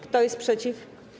Kto jest przeciw?